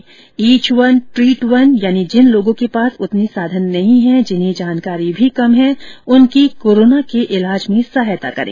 etch one treat one यानि जिन लोगों के पास उतने साधन नहीं है जिन्हें जानकारी भी कम है उनकी कोरोना के इलाज में सहायता करें